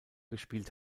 gespielt